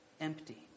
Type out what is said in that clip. empty